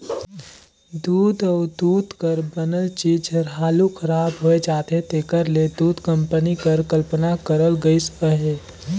दूद अउ दूद कर बनल चीज हर हालु खराब होए जाथे तेकर ले दूध कंपनी कर कल्पना करल गइस अहे